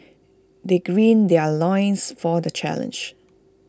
they gird their loins for the challenge